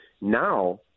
now